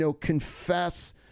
confess